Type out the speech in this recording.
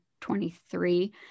23